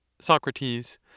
Socrates